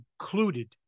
included